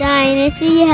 Dynasty